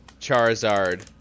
Charizard